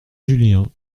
julien